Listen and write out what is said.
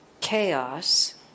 chaos